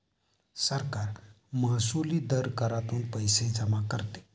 सरकार महसुली दर करातून पैसे जमा करते